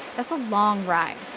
that's a long ride.